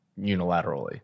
unilaterally